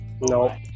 No